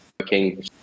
working